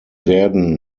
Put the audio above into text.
werden